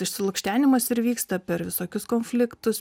išsilukštenimas ir vyksta per visokius konfliktus